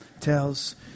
tells